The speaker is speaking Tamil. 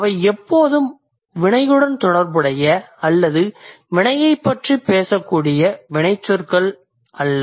அவை எப்போதும் வினையுடன் தொடர்புடைய அல்லது வினையைப் பற்றிப் பேசக்கூடிய வினைச்சொற்கள்அல்ல